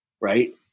right